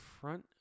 front